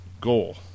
goal